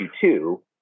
two